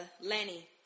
Lenny